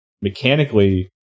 mechanically